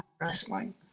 wrestling